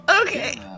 Okay